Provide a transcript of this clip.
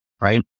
right